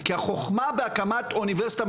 כי החוכמה בהקמת אוניברסיטה,